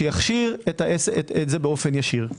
שיכשיר את זה ישירות.